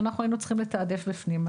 ואנחנו היינו צריכים לתעדף בפנים.